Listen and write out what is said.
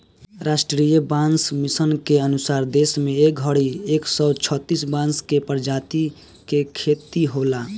राष्ट्रीय बांस मिशन के अनुसार देश में ए घड़ी एक सौ छतिस बांस के प्रजाति के खेती होला